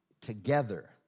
together